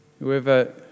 whoever